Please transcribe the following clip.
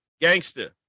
gangster